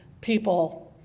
people